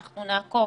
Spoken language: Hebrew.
אנחנו נעקוב,